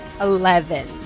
Eleven